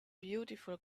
beautiful